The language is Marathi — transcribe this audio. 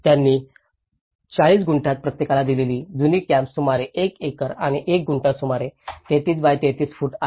त्यांनी 40 गुंठ्यात प्रत्येकाला दिलेली जुनी कॅम्प सुमारे 1 एकर आणि 1 गुंठा सुमारे 33 बाय 33 फूट आहे